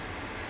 mm